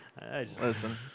Listen